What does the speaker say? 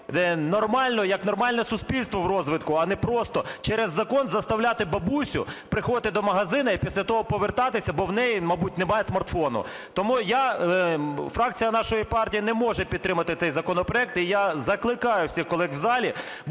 як нормальне суспільство в розвитку, а не просто, через закон заставляти бабусю приходити до магазину і після того повертатися, бо в неї, мабуть, немає смартфона. Тому я, фракція нашої партії не може підтримати цей законопроект, і я закликаю всіх колег в залі